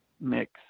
mix